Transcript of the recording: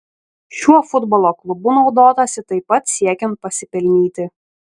šiuo futbolo klubu naudotasi taip pat siekiant pasipelnyti